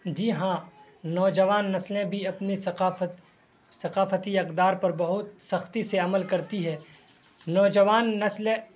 جی ہاں نوجوان نسلیں بھی اپنی ثقافت ثقافتی اقدار پر بہت سختی سے عمل کرتی ہے نوجوان نسل